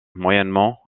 moyennement